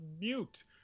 mute